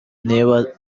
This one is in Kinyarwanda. niba